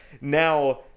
Now